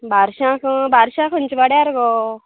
बारशाक बारश्या खंयच्या वाड्यार गो